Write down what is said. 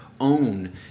own